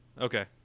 okay